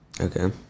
Okay